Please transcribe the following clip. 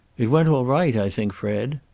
it went all right, i think, fred.